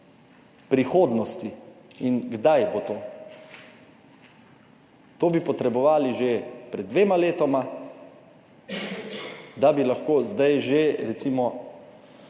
prihodnosti in kdaj bo to? To bi potrebovali že pred dvema letoma, da bi lahko zdaj že, recimo,